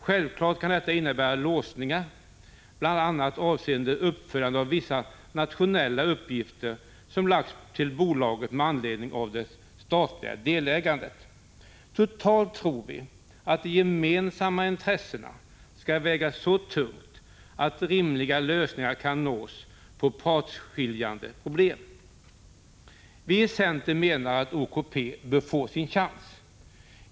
Självfallet kan detta innebära låsningar bl.a. avseende fullföljande av vissa nationella uppgifter som lagts till bolaget med anledning av det statliga delägandet. Totalt tror vi att de gemensamma intressena skall väga så tungt att rimliga lösningar kan nås på partsskiljande problem. Vi i centern menar att OKP bör få sin chans.